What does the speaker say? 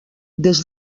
des